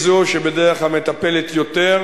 היא זאת שבדרך כלל מטפלת יותר,